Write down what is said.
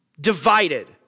divided